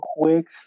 quick